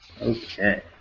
Okay